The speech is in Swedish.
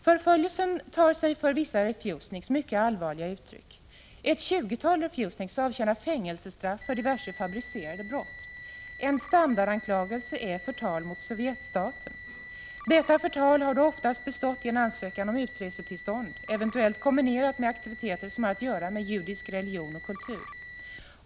Förföljelsen tar sig för vissa refusniks mycket allvarliga uttryck. Ett tjugotal refusniks avtjänar fängelsestraff för diverse fabricerade brott. En standardanklagelse är förtal mot sovjetstaten. Detta förtal har oftast sin grund i en ansökan om utresetillstånd, eventuellt kombinerad med aktiviteter som har att göra med judisk religion och kultur.